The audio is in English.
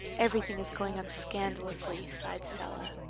everything is going up scandalously, sighed stella.